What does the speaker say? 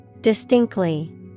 distinctly